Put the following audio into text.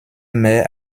mehr